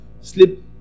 sleep